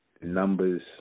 Numbers